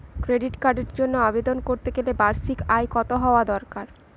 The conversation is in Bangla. ক্রেডিট কার্ডের জন্য আবেদন করতে গেলে বার্ষিক আয় কত হওয়া দরকার?